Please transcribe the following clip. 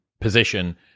position